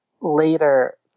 later